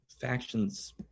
factions